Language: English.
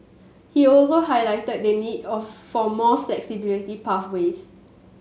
he also highlighted the need of for more flexibility pathways